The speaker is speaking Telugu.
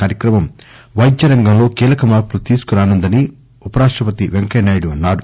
కార్యక్రమం వైద్య రంగం లో కీలక మార్పులు తీసుకు రానుందని ఉప రాష్టపతి పెంకయ్యనాయుడు అన్నారు